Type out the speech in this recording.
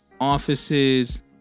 offices